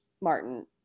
Martin